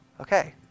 Okay